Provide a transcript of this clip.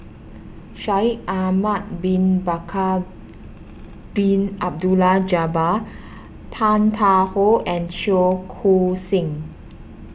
Shaikh Ahmad Bin Bakar Bin Abdullah Jabbar Tan Tarn How and Cheong Koon Seng